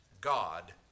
God